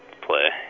play